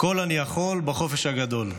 הכול אני יכול בחופש הגדול,